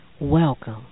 Welcome